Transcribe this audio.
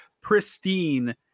pristine